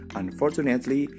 unfortunately